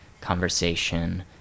conversation